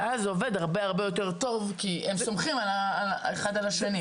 ואז זה עובד הרבה יותר טוב כי הם סומכים אחד על השני.